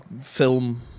film